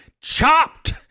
Chopped